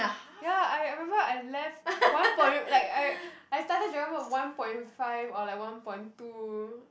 ya I remember I left one point like I I started dragon boat one point five or like one point two